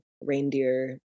reindeer